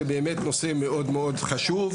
זה באמת נושא מאוד מאוד חשוב,